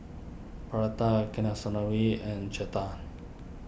Pratap Kasinadhuni and Chetan